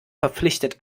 verpflichtet